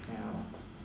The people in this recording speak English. no